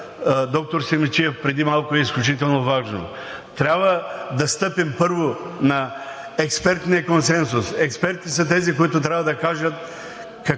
доктор Симидчиев преди малко, е изключително важно. Трябва да стъпим, първо, на експертния консенсус. Експертите са тези, които трябва да кажат